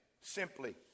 simply